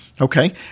Okay